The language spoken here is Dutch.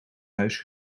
huis